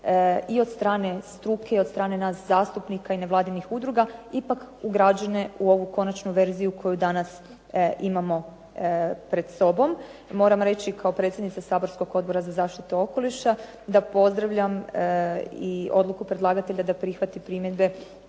i od strane struke i od strane nas zastupnika i nevladinih udruga ipak ugrađene u ovu konačnu verziju koju danas imamo pred sobom. Moram reći kao predsjednica Odbora za zaštitu okoliša da pozdravljam i odluku predlagatelja da prihvati primjedbe